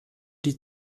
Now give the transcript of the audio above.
die